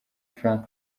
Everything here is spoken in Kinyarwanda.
frank